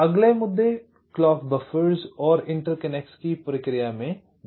अगले मुद्दे clock buffers और इंटरकनेक्ट्स की प्रक्रिया में भिन्नता है